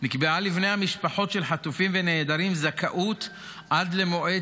נקבעה לבני המשפחות של חטופים ונעדרים זכאות עד למועד